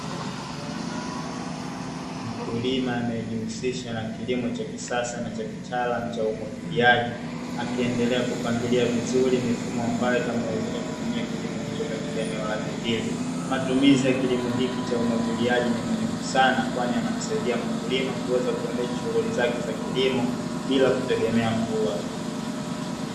Mkulima anayejihusisha na kilimo cha kisasa na cha kitaalamu cha umwagiliaji, akiendelea kupangilia vizuri mifumo ambayo itamwezesha kutumia kilimo hicho katika eneo lake hili. Matumizi ya kilimo hiki cha umwagiliaji ni muhimu sana, kwani kinamsaidia mkulima kuweza kuendesha shughuli zake za kilimo, bila kutegemea mvua.